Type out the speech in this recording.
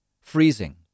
freezing